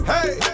Hey